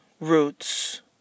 roots